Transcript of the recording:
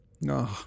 No